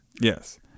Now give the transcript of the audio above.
Yes